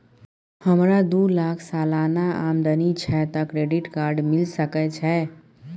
हमरा दू लाख सालाना आमदनी छै त क्रेडिट कार्ड मिल सके छै?